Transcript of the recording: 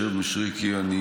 השר גולדקנופ, שר המשפטים משיב.